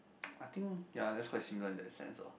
I think ya just quite similar in that sense lor